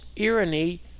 irony